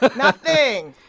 but nothing.